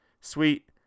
sweet